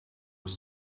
was